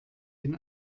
den